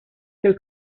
quel